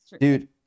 dude